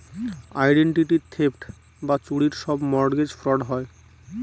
identity theft বা চুরির সব মর্টগেজ ফ্রড হয়